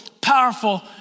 powerful